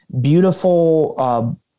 beautiful